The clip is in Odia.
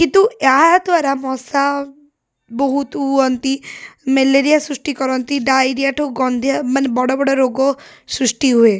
କିନ୍ତୁ ଏହାଦ୍ୱାରା ମଶା ବହୁତ ହୁଅନ୍ତି ମ୍ୟାଲେରିଆ ସୃଷ୍ଟି କରନ୍ତି ଡାଇରିଆ ଠାରୁ ଗନ୍ଧିଆ ମାନେ ବଡ଼ ବଡ଼ ରୋଗ ସୃଷ୍ଟି ହୁଏ